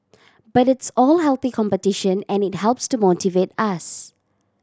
but it's all healthy competition and it helps to motivate us